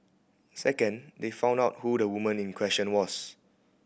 second they found out who the woman in question was